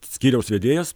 skyriaus vedėjas